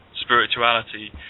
spirituality